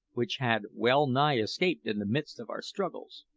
which had well-nigh escaped in the midst of our struggles.